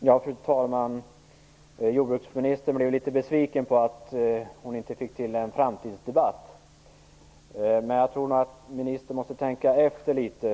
Fru talman! Jordbruksministern blev litet besviken på att hon inte fick till någon framtidsdebatt. Jag tror nog att ministern måste tänka efter litet.